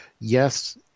yes